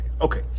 Okay